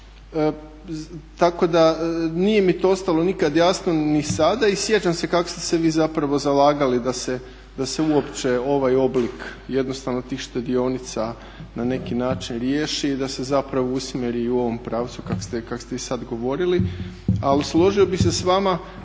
Tako da nije mi to ostalo nikad jasno ni sada i sjećam se kako ste se vi zapravo zalagali da se uopće ovaj oblik jednostavno tih štedionica na neki način riješi i da se zapravo usmjeri i u ovom pravcu kako ste i sad govorili. Ali složio bih se s vama